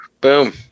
Boom